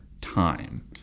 time